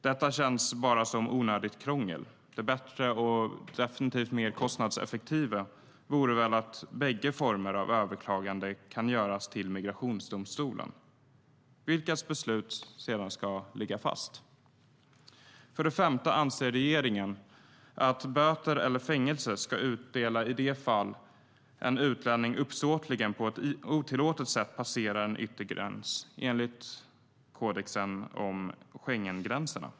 Detta känns bara som onödigt krångel. Det bättre och definitivt kostnadseffektivare vore väl att bägge former av överklagande kunde göras till migrationsdomstolen, vars beslut sedan skulle ligga fast. För det femte anser regeringen att bötesstraff eller fängelsestraff ska utdelas i de fall en utlänning uppsåtligen på ett otillåtet sätt passerar en yttre gräns enligt kodexen om Schengengränserna.